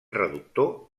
reductor